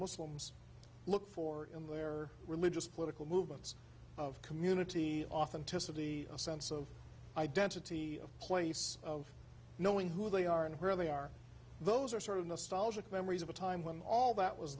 muslims look for in their religious political movements of community authenticity a sense of identity of place of knowing who they are and where they are those are sort of nostalgic memories of a time when all that was